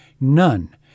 None